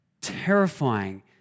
terrifying